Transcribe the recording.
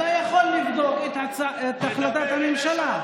אתה יכול לבדוק את החלטת הממשלה.